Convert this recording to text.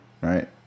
Right